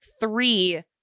three